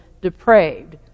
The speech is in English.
depraved